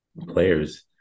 players